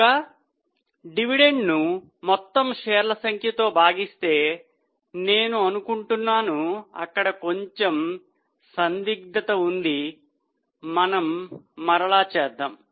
కనుక డివిడెండ్ను మొత్తము షేర్ల సంఖ్యతో భాగిస్తే నేను అనుకుంటున్నాను అక్కడ కొంచము సందిగ్ధత ఉంది మనము మరల చేద్దాం